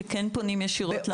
שכן פונים ישירות למשטרה.